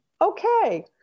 okay